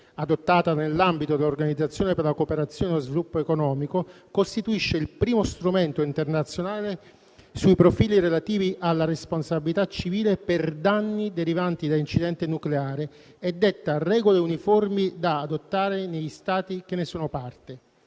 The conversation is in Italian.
adottata nell'ambito dell'Organizzazione per la cooperazione e lo sviluppo economico, costituisce il primo strumento internazionale sui profili relativi alla responsabilità civile per danni derivanti da incidente nucleare e detta regole uniformi da adottare negli Stati che ne sono parte,